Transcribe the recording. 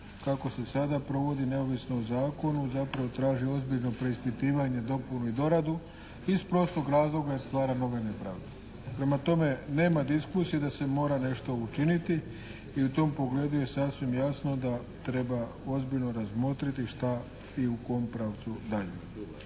kako se sada provodi neovisno o zakonu zapravo traži ozbiljno preispitivanje dopunu i doradu iz prostog razloga jer stvara nove nepravde. Prema tome nema diskusije da se mora nešto učiniti i u tom pogledu je sasvim jasno da treba ozbiljno razmotriti šta i u kom pravcu dalje.